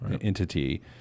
entity